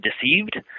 deceived